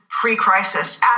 pre-crisis